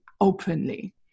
openly